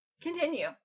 continue